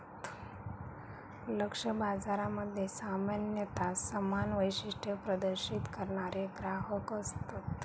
लक्ष्य बाजारामध्ये सामान्यता समान वैशिष्ट्ये प्रदर्शित करणारे ग्राहक असतत